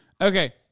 Okay